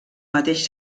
mateix